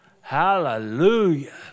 Hallelujah